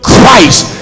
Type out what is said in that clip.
Christ